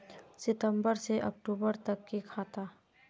सितम्बर से अक्टूबर तक के खाता?